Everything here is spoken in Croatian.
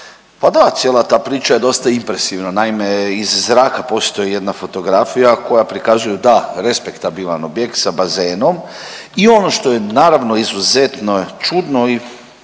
pa cijela ta priča je dosta impresivna. Naime, iz zraka postoji jedna fotografija koja prikazuju da respektabilan objekt sa bazenom i ono što je naravno izuzetno čudno i